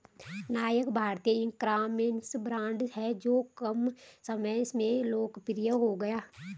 नायका भारतीय ecommerce brand हैं जो कम समय में लोकप्रिय हो गया